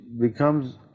becomes